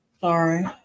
Sorry